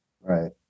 right